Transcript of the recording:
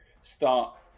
start